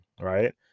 right